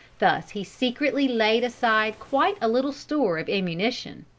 thus he secretly laid aside quite a little store of ammunition.